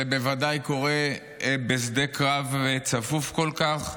זה בוודאי קורה בשדה קרב צפוף כל כך.